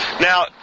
Now